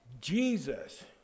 Jesus